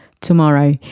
tomorrow